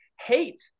Hate